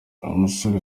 umusore